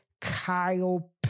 Kyle